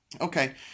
Okay